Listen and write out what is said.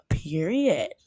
period